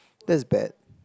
that is bad